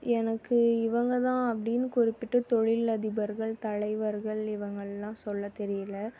எனக்கு இவங்க தான் அப்படின்னு குறிப்பிட்டு தொழிலதிபர்கள் தலைவர்கள் இவங்களெலாம் சொல்ல தெரியல